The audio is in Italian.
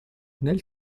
nel